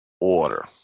order